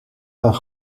gaan